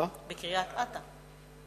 קריית-אתא.